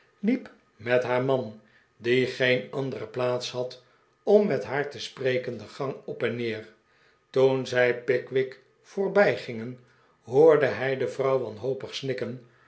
liep met haar man die geen andere plaats had om met haar te spreken de gang op en neer toen zij pickwick voorbijgingen hoorde hij de vrouw wanhopig snikken